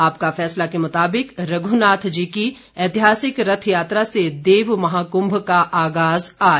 आपका फैसला के मुताबिक रघुनाथ जी की ऐतिहासिक रथयात्रा से देव महाकृभ का आगाज आज